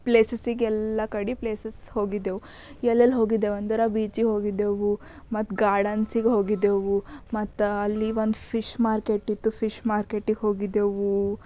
ಪ್ಲೇಸಸ್ಸಿಗೆಲ್ಲ ಕಡೆ ಪ್ಲೇಸಸ್ ಹೋಗಿದ್ದೆವು ಎಲ್ಲೆಲ್ಲಿ ಹೋಗಿದ್ದೇವಂದ್ರೆ ಬೀಚಿಗೆ ಹೋಗಿದ್ದೆವು ಮತ್ತು ಗಾರ್ಡನ್ಸಿಗೆ ಹೋಗಿದ್ದೆವು ಮತ್ತೆ ಅಲ್ಲಿ ಒಂದು ಫಿಶ್ ಮಾರ್ಕೆಟಿತ್ತು ಫಿಶ್ ಮಾರ್ಕೆಟಿಗೆ ಹೋಗಿದ್ದೆವು